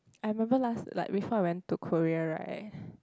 I remember last like before I went to Korea right